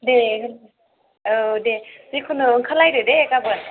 दे औ दे जिखुनु ओंखारलायदो दे गाबोन